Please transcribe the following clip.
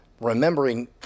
remembering